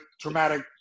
traumatic